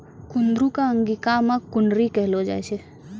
कुंदरू कॅ अंगिका मॅ कुनरी कहलो जाय छै